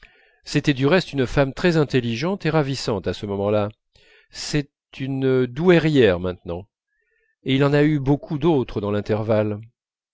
c'était du reste une femme très intelligente et ravissante à ce moment-là c'est une douairière maintenant et il en a eu beaucoup d'autres dans l'intervalle